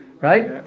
right